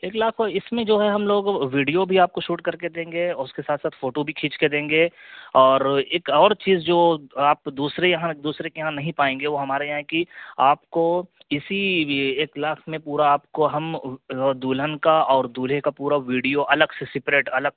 ایک لاکھ اور اس میں جو ہے ہم لوگ ویڈیو بھی آپ شوٹ کر کے دیں گے اور اس کے ساتھ ساتھ فوٹو بھی کھیچ کے دیں گے اور ایک اور چیز جو آپ دوسرے یہاں دوسرے کے یہاں نہیں پائیں گے وہ ہمارے یہاں ہے کہ آپ کو اسی ایک لاکھ میں پورا آپ کو ہم دلہن کا اور دلہے کا پورا ویڈیو الگ سے سپریٹ الگ